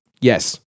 Yes